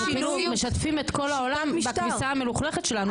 משתפים את כל העולם בכביסה המלוכלכת שלנו.